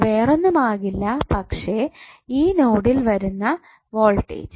വേറൊന്നും ആകില്ല പക്ഷെ ഈ നോഡിൽ വരുന്ന വോൾടേജ്